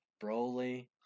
Broly